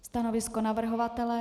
Stanovisko navrhovatele?